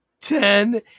ten